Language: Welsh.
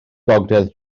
gogledd